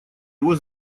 его